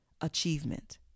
achievement